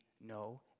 no